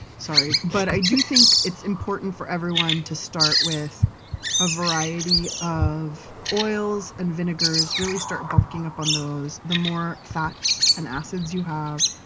sorry, but i do think it's important for everyone to start with a variety of oils and vinegars, really start bulking up on those. the more fats and acids you have,